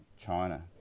China